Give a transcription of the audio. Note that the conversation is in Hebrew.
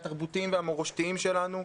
התרבותיים והמורשתיים שלנו.